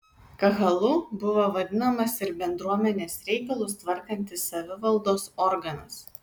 kahalu buvo vadinamas ir bendruomenės reikalus tvarkantis savivaldos organas